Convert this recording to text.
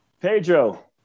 Pedro